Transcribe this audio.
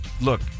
look